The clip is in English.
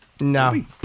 No